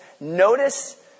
notice